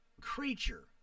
creature